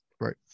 Right